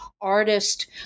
artist